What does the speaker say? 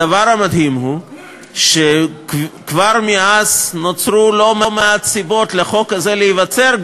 הדבר המדהים הוא שכבר מאז נוצרו לא מעט סיבות לחוק הזה להיווצר,